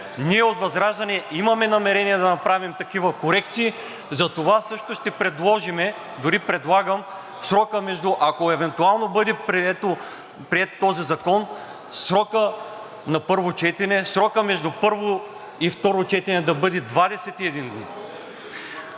Ние от ВЪЗРАЖДАНЕ имаме намерение да направим такива корекции, затова ще предложим, дори предлагам, ако евентуално бъде приет този закон на първо четене, срокът между първо и второ четене да бъде 21 дни.